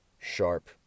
sharp